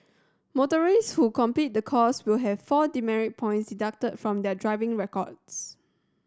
motorists who complete the course will have four demerit points deducted from their driving records